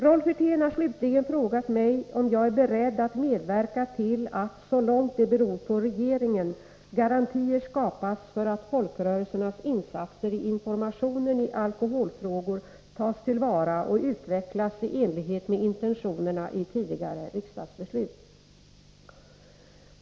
Rolf Wirtén har för det fjärde frågat mig om jag är beredd att medverka till att, så långt det beror på regeringen, garantier skapas för att folkrörelsernas insatser i informationen i alkoholfrågor tas till vara och utvecklas i enlighet med intentionerna i tidigare riksdagsbeslut.